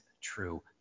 true